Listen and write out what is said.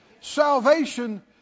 Salvation